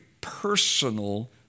personal